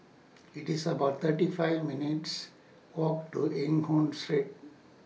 IT IS about thirty five minutes' Walk to Eng Hoon Street